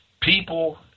People